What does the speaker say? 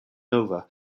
nova